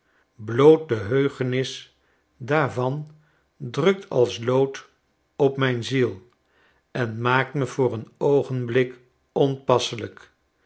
bloot de heugenis daarvan drukt als lood op mijn ziel en maakt me voor een oogenblik onpasselijk